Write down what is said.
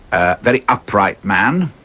a very upright man,